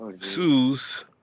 sues